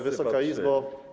Wysoka Izbo!